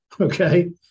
Okay